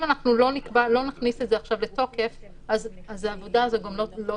אם אנחנו לא נכניס את זה לתוקף אז העבודה הזאת לא תיעשה.